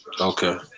okay